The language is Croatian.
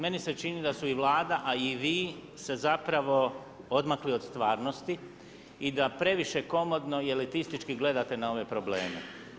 Meni se čini da su i Vlada a i vi se zapravo odmakli od stvarnosti i da previše komotno i elitistički gledate na ove probleme.